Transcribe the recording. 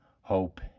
hope